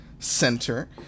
center